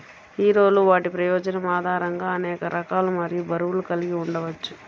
హీరోలు వాటి ప్రయోజనం ఆధారంగా అనేక రకాలు మరియు బరువులు కలిగి ఉండవచ్చు